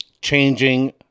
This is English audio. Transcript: changing